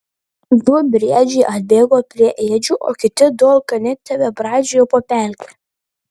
du briedžiai atbėgo prie ėdžių o kiti du alkani tebebraidžiojo po pelkę